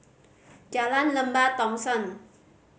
Jalan Lembah Thomson